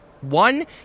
One